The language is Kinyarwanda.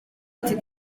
ati